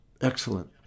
excellent